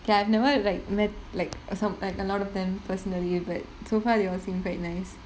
like I've never like met like som~ eh a lot of them personally but so far they all seem quite nice